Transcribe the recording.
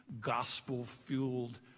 gospel-fueled